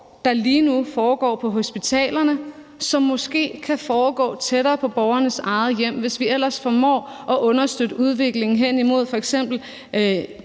der lige nu foregår på hospitalerne, som måske kunne foregå tættere på borgernes eget hjem, hvis vi ellers formår at understøtte udviklingen hen imod f.eks.